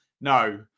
No